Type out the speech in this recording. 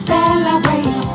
Celebrate